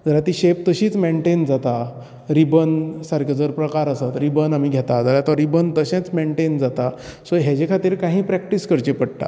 जाल्यार ती शेप तशीच मेंटेन जाता रिबन सारको जर प्रकार आसत रिबन आमी घेता जाल्यार तो रिबन तशेंच मेंटेन जाता सो हेजे खातीर काही प्रेक्टीस करचे पडटा